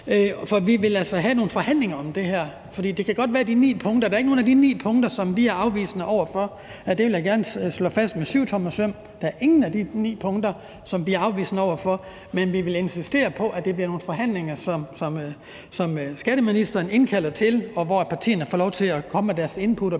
vi vil altså have nogle forhandlinger om det her. Der er ikke nogen af de ni punkter, som vi er afvisende over for. Det vil jeg gerne slå fast med syvtommersøm. Der er ingen af de ni punkter, vi er afvisende over for. Men vi vil insistere på, at det bliver nogle forhandlinger, som skatteministeren indkalder til, og hvor partierne får lov til at komme med deres input og